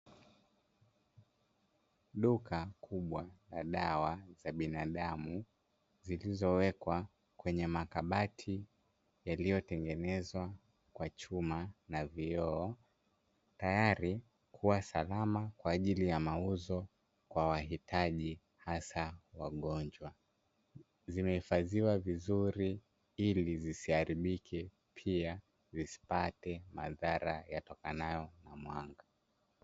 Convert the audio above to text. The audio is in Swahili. Duka kubwa la dawa za binadamu, zilizowekwa kwenye makabati yaliyotengenezwa kwa chuma na vioo, tayari kuwa salama kwa ajili ya mauzo kwa wahitaji hasa wagonjwa. Zimehifadhiwa vizuri ili zisiharibike, pia zisipate madhara yatokanayo na mwanga.